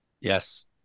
Yes